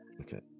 Okay